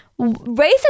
Racist